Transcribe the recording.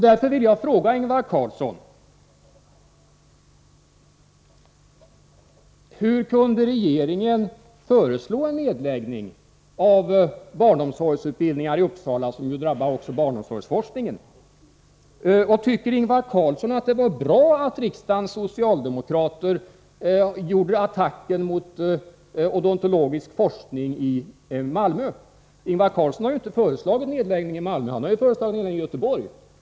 Därför vill jag fråga Ingvar Carlsson: Hur kunde regeringen föreslå en nedläggning av barnomsorgsutbildningar i Uppsala, en nedläggning som ju också drabbar barnomsorgsforskningen? Och tycker Ingvar Carlsson att det var bra att riksdagens socialdemokrater gjorde attacken mot odontologisk forskning i Malmö? Ingvar Carlsson har ju inte föreslagit nedläggning i Malmö, utan han har föreslagit nedläggning i Göteborg.